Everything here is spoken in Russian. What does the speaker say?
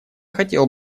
хотел